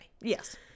Yes